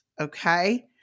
Okay